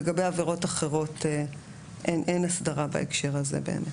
לגבי עבירות אחרות אין הסדרה בהקשר הזה.